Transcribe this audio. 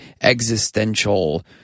existential